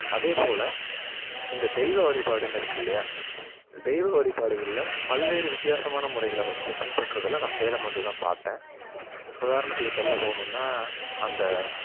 அதேபோல இந்த தெய்வ வழிபாடுன்னு இருக்குது இல்லையா தெய்வ வழிபாடுகளில் பல்வேறு வித்தியாசமான முறைகளை பின்பற்றதில் நான் சேலம் வந்து தான் பார்த்தேன் உதாரணத்துக்கு சொல்ல போணும்னா அந்த